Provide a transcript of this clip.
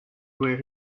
where